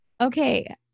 Okay